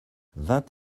vingt